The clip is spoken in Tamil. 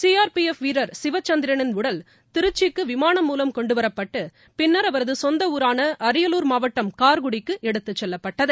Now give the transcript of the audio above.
சிஆர்பிஎஃப் வீரர் சிவச்சந்திரனின் உடல் திருச்சிக்கு விமானம் மூலம் கொண்டு வரப்பட்டு பின்னர் அவரது சொந்த ஊரான அரியலூர் மாவட்டம் கார்குடிக்கு எடுத்துச்செல்லப்பட்டது